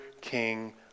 king